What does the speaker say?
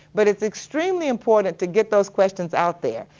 but it's extremely important to get those questions out there,